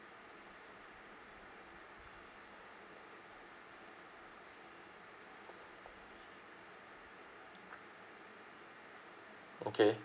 okay